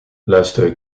luisteren